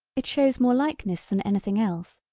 it shows more likeness than anything else,